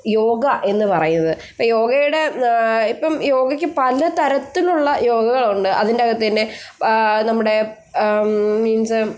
യോഗ എന്ന് പറയുന്നത് അപ്പോൾ യോഗയുടെ ഇപ്പം യോഗക്ക് പലതരത്തിലുള്ള യോഗകളുണ്ട് അതിൻ്റെ അകത്തുതന്നെ നമ്മുടെ മീൻസ്